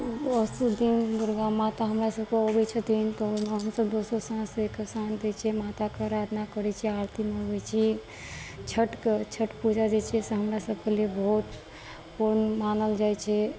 दसो दिन दुर्गा माता हमरा सबके अबै छथिन तऽ ओहिमे हमसब दोसर साँझ से एक साॅंझ दै छियै माताके आराधना करै छी आरती मनबै छी छठिके छठि पूजा जे छै से हमरा सबके लिए बहुत पूर्ण मानल जाइ छै